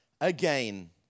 again